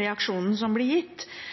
reaksjonen som blir gitt – for det